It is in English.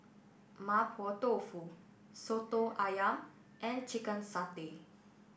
Mapo Tofu Soto Ayam and Chicken Satay